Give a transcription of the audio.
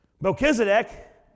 Melchizedek